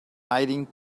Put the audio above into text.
hiding